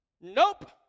Nope